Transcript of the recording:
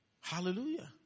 Hallelujah